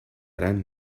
gran